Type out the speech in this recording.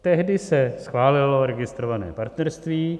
Tehdy se schválilo registrované partnerství.